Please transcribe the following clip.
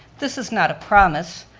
this is not a promise,